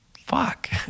fuck